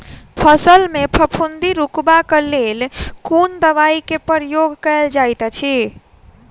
फसल मे फफूंदी रुकबाक लेल कुन दवाई केँ प्रयोग कैल जाइत अछि?